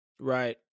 right